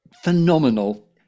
phenomenal